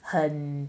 很